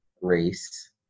race